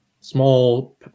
small